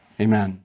Amen